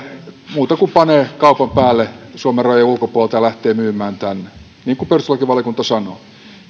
muuta kuin panee kaupan päälle suomen rajojen ulkopuolelta ja lähtee myymään tänne niin kuin perustuslakivaliokunta sanoo